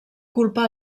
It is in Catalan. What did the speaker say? culpa